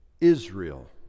Israel